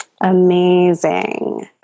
Amazing